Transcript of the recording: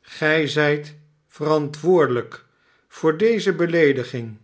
gij zijt verantwoordelijk voor dezp beleediging